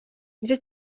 n’icyo